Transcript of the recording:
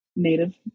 Native